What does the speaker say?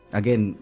again